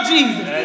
Jesus